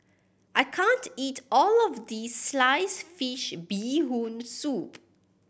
I can't eat all of this sliced fish Bee Hoon Soup